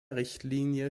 richtlinie